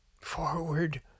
forward